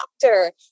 doctor